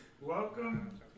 Welcome